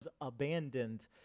abandoned